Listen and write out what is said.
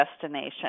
destination